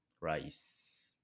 rice